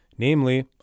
namely